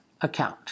account